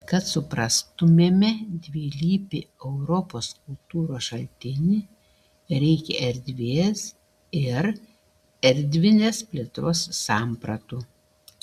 kad suprastumėme dvilypį europos kultūros šaltinį reikia erdvės ir erdvinės plėtros sampratų